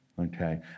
Okay